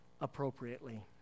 appropriately